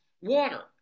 water